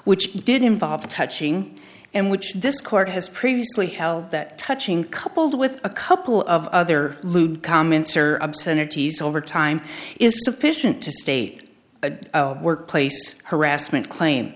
which did involve touching and which this court has previously held that touching coupled with a couple of other lewd comments or obscenities over time is sufficient to state a workplace harassment claim